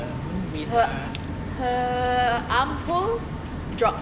her her arm pull drop